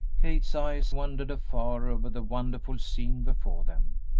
kate's eyes wandered afar over the wonderful scene before them,